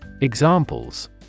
Examples